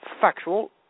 factual